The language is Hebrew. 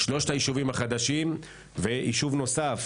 שלושת היישובים החדשים ויישוב נוסף